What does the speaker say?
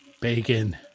Bacon